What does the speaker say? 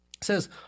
says